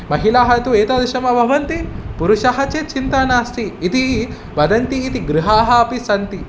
महिलाः इ तु एतादृशं वा भवन्ति पुरुषः चेत् चिन्ता नास्ति इति वदन्ति इति गृहेषु अपि सन्ति